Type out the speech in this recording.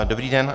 Dobrý den.